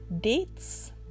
dates